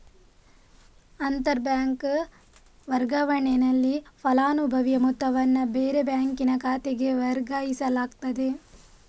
ಅಂತರ ಬ್ಯಾಂಕ್ ವರ್ಗಾವಣೆನಲ್ಲಿ ಫಲಾನುಭವಿಯ ಮೊತ್ತವನ್ನ ಬೇರೆ ಬ್ಯಾಂಕಿನ ಖಾತೆಗೆ ವರ್ಗಾಯಿಸಲಾಗ್ತದೆ